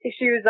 issues